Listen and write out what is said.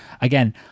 again